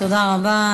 תודה רבה.